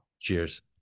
Cheers